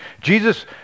Jesus